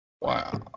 Wow